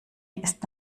ist